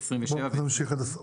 אנחנו נמשיך עד הסוף.